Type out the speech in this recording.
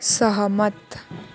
सहमत